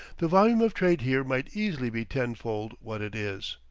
the volume of trade here might easily be tenfold what it is.